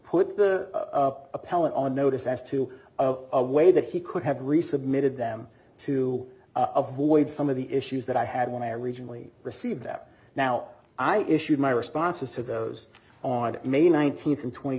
put the appellant on notice as to a way that he could have resubmitted them to avoid some of the issues that i had when i originally received that now i issued my responses to those on may nineteenth and twent